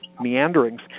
meanderings